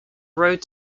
road